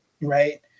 right